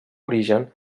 origen